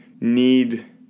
need